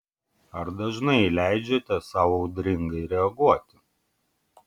ar dažnai leidžiate sau audringai reaguoti